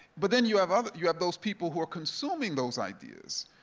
but then you have ah you have those people who are consuming those ideas,